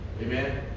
Amen